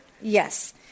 Yes